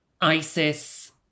Isis